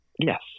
Yes